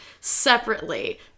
separately